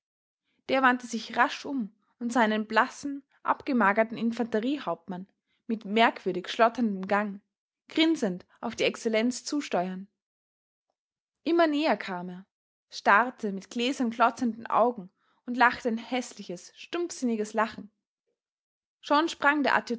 der wandte sich rasch um und sah einen blassen abgemagerten infanteriehauptmann mit merkwürdig schlotterndem gang grinsend auf die excellenz zusteuern immer näher kam er starrte mit gläsern glotzenden augen und lachte ein häßliches stumpfsinniges lachen schon sprang der